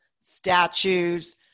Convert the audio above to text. statues